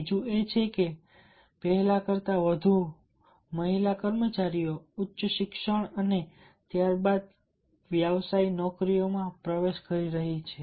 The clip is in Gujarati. બીજું એ છે કે પહેલા કરતાં વધુ મહિલા કર્મચારીઓ ઉચ્ચ શિક્ષણ અને ત્યારબાદ વ્યાવસાયિક નોકરીઓમાં પ્રવેશ કરી રહી છે